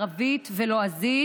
בערבית ובלועזית,